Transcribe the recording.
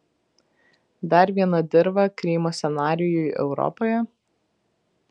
dar viena dirva krymo scenarijui europoje